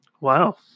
Wow